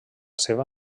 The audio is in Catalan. seva